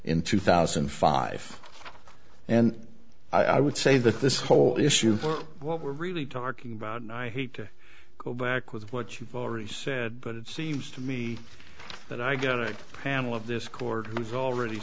in two thousand and five and i would say that this whole issue what we're really talking about and i hate to go back with what you've already said but it seems to me that i got a panel of this court has already